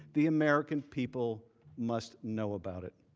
the american people must know about it.